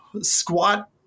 squat